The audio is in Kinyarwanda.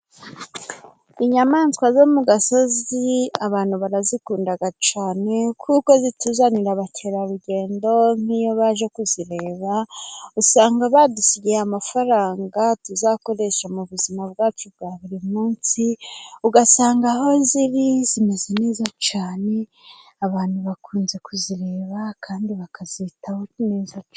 Inyamaswa zo mu gasozi abantu barazikunda cyane. Kuko zituzanira abakerarugendo. Nk'iyo baje kuzireba usanga badusigiye amafaranga tuzakoresha mu buzima bwacu bwa buri munsi. Ugasanga aho ziri zimeze neza cyane. Abantu bakunze kuzireba kandi bakazitaho neza.